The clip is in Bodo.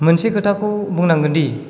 मोनसे खोथाखौ बुंनांगोनदि